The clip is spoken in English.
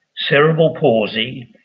cerebral palsy,